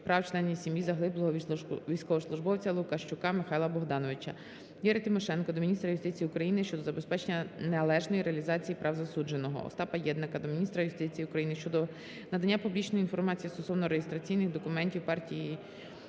прав членів сім'ї загиблого військовослужбовця Лукащука Михайла Богдановича. Юрія Тимошенка до міністра юстиції України щодо забезпечення належної реалізації прав засудженого. Остапа Єднака до міністра юстиції України щодо надання публічної інформації стосовно реєстраційних документів Партії